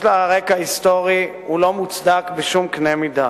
יש לה רקע היסטורי, הוא לא מוצדק בשום קנה מידה.